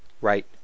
Right